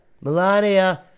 Melania